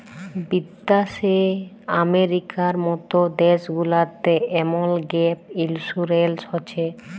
বিদ্যাশে আমেরিকার মত দ্যাশ গুলাতে এমল গ্যাপ ইলসুরেলস হছে